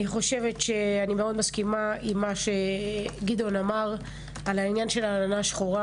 אני מאוד מסכימה עם מה שגדעון אמר על העננה השחורה.